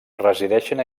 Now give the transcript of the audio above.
resideixen